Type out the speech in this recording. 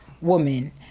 woman